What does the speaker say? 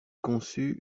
conçut